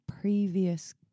previous